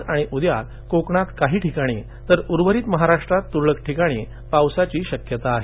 आज आणि उद्या कोकणात काही ठिकाणी तर उर्वरित महाराष्ट्रात तुरळक ठिकाणी पावसाची शक्यता आहे